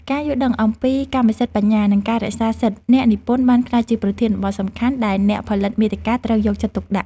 ការយល់ដឹងអំពីកម្មសិទ្ធិបញ្ញា និងការរក្សាសិទ្ធិអ្នកនិពន្ធបានក្លាយជាប្រធានបទសំខាន់ដែលអ្នកផលិតមាតិកាត្រូវយកចិត្តទុកដាក់។